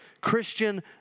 Christian